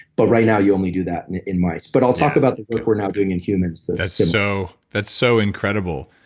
but right now you only do that in mice. but i'll talk about the work we're now doing in humans, that's so that's so incredible.